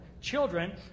Children